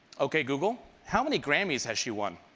ok google, how many grammy's has she won